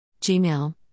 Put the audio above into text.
Gmail